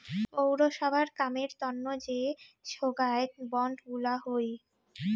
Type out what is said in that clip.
পৌরসভার কামের তন্ন যে সোগায় বন্ড গুলা হই